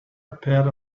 appeared